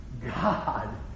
God